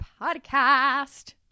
podcast